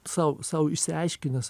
sau sau išsiaiškinęs